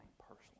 personally